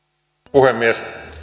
puhemies